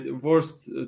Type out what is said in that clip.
worst